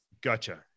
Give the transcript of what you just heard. gotcha